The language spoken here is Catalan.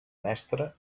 mestre